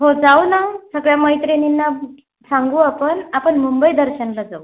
हो जाऊ ना सगळ्या मैत्रिणींना सांगू आपण आपण मुंबई दर्शनाला जाऊ